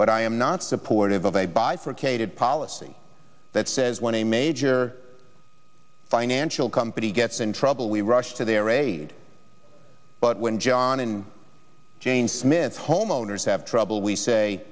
but i am not supportive of a bifurcated policy that says when a major financial company gets in trouble we rush to their aid but when john and jane smiths homeowners have trouble we say